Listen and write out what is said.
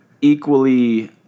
equally